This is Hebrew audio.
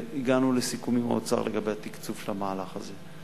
הגענו לסיכום עם האוצר לגבי התקצוב של המהלך הזה.